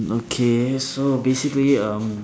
okay so basically um